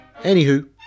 Anywho